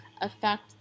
affect